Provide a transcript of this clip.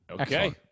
Okay